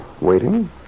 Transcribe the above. waiting